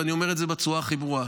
ואני אומר את זה בצורה הכי ברורה: